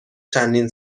چندین